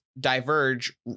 diverge